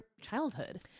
childhood